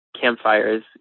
campfires